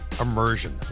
Immersion